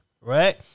Right